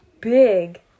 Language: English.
big